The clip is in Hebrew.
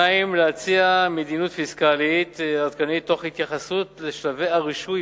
2. להציע מדיניות פיסקלית עדכנית תוך התייחסות לשלבי הרישוי